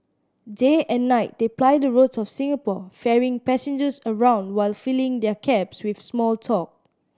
day and night they ply the roads of Singapore ferrying passengers around while filling their cabs with small talk